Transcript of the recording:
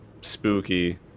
spooky